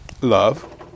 love